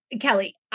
Kelly